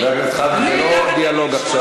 חבר הכנסת חזן, זה לא דיאלוג עכשיו.